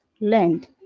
learned